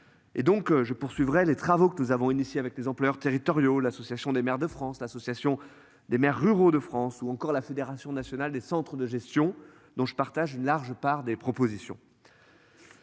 Et donc je poursuivrai les travaux que nous avons initiée avec les employeurs territoriaux. L'Association des maires de France, l'association des maires ruraux de France ou encore la Fédération nationale des centres de gestion. Donc je partage une large part des propositions.